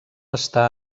està